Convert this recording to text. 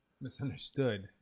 misunderstood